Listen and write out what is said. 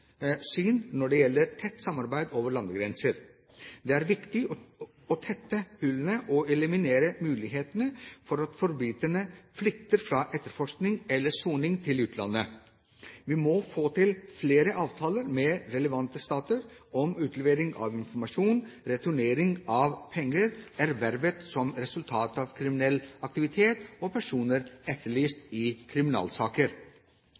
syn når det gjelder tett samarbeid over landegrenser. Det er viktig å tette hullene og eliminere mulighetene for at forbryterne flykter fra etterforskning eller soning til utlandet. Vi må få til flere avtaler med relevante stater om utlevering av informasjon, returnering av penger ervervet som resultat av kriminell aktivitet og avtaler som gjelder personer